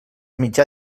mitjà